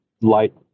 light